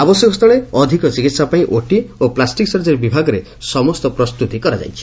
ଆବଶ୍ୟକସ୍ଥଳେ ଅଧିକ ଚିକିହା ପାଇଁ ଓଟି ଓ ପ୍ଲାଷ୍ଟିକ୍ ସର୍ଜରୀ ବିଭାଗରେ ସମସ୍ତ ପ୍ରସ୍ତୁତି କରାଯାଇଛି